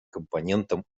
компонентом